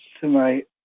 tonight